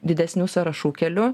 didesnių sąrašų keliu